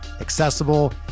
accessible